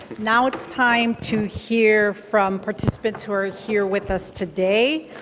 now it's time to hear from participants who are here with us today.